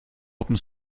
open